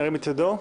ירים את ידו.